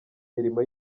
mirimo